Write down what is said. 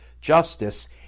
justice